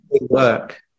work